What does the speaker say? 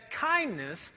kindness